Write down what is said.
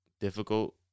difficult